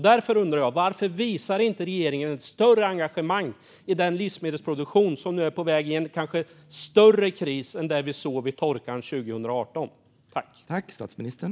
Därför undrar jag: Varför visar inte regeringen ett större engagemang i den livsmedelsproduktion som nu är på väg in i en kanske större kris än den vi såg vid torkan 2018?